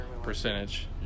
Percentage